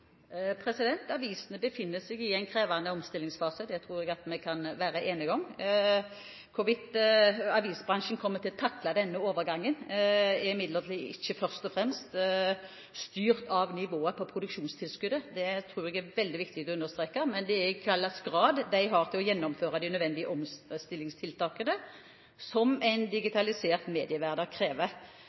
Avisene befinner seg i en krevende omstillingsfase, det tror jeg vi kan være enige om. Hvorvidt avisbransjen kommer til å takle denne overgangen, er imidlertid ikke først og fremst styrt av nivået på produksjonstilskuddet, det tror jeg det er veldig viktig å understreke, men i hvilken grad de evner å gjennomføre de nødvendige omstillingstiltakene som en digitalisert mediehverdag krever.